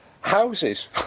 houses